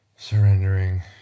Surrendering